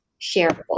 shareable